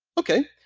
okay,